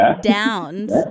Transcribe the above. downs